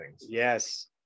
yes